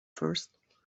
first